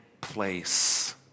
place